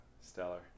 Stellar